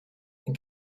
and